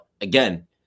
again